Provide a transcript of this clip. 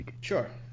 Sure